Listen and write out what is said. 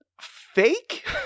fake